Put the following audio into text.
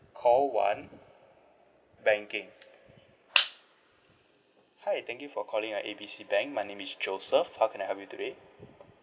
call one banking hi thank you for calling uh A B C bank my name is joseph how can I help you today